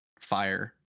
fire